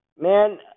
Man